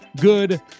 good